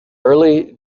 early